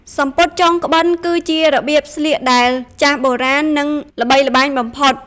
សំពត់ចងក្បិន គឺជារបៀបស្លៀកដែលចាស់បុរាណនិងល្បីល្បាញបំផុត។